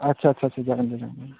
आदसा आदसा आदसा जागोन दे जागोन